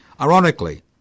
Ironically